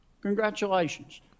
Congratulations